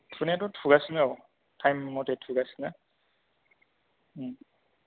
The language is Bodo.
थुनायाथ' थुगासिनो औ थाइम मथे थुगासिनो